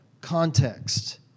context